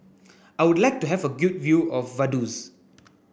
I would like to have a good view of Vaduz